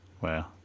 Wow